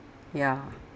ya